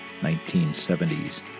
1970s